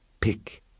pick